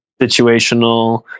Situational